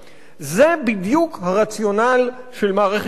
זה בדיוק הרציונל של מערכת קפיטליסטית,